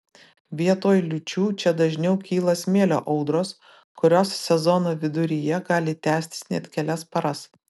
vietoj liūčių čia dažniau kyla smėlio audros kurios sezono viduryje gali tęstis net kelias paras